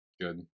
good